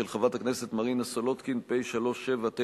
של חברת הכנסת מרינה סולודקין, פ/3799/18.